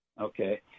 Okay